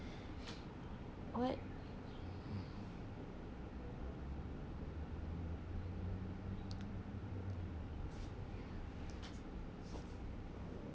what